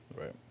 Right